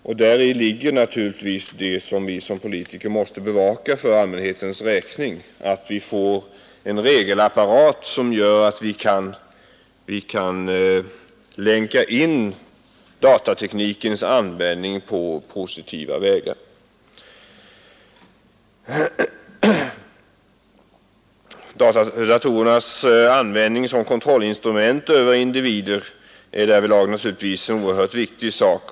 Det är naturligtvis därför som vi som politiker för allmänhetens räkning måste bevaka att det finns en regelapparat som gör att vi kan länka in datateknikens användning på positiva vägar. Datorernas användning som instrument för kontroll över individer är naturligtvis en oerhört viktig sak.